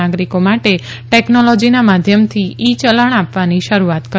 નાગરીકો માટે ટેકનોલોજીના માધ્યમથી ઇ ચલણ આપવાની શરૂઆત કરી